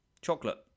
chocolate